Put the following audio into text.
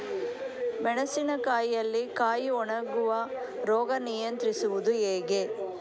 ಮೆಣಸಿನ ಕಾಯಿಯಲ್ಲಿ ಕಾಯಿ ಒಣಗುವ ರೋಗ ನಿಯಂತ್ರಿಸುವುದು ಹೇಗೆ?